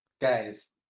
Guys